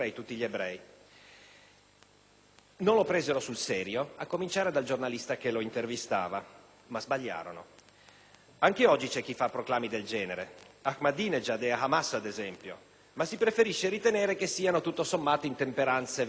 Non lo presero sul serio, a cominciare dal giornalista che lo intervistava, ma sbagliarono. Anche oggi c'è chi fa proclami del genere, Ahmadinejad e Hamas per esempio, ma si preferisce ritenere che siano, tutto sommato, intemperanze verbali,